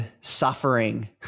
suffering